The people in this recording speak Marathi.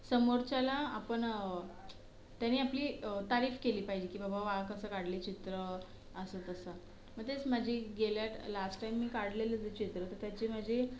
समोरच्याला आपण त्याने आपली तारीफ केली पाहिजे की बबा कसं काढले चित्र असं तसं मग तेच माझी गेल्या लास्ट टाईम मी काढलेलं ते चित्र तर त्याची माजी